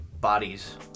bodies